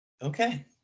okay